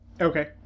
Okay